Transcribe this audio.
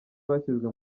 bashyizwe